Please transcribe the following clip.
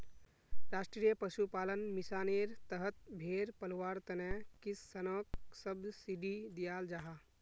राष्ट्रीय पशुपालन मिशानेर तहत भेड़ पलवार तने किस्सनोक सब्सिडी दियाल जाहा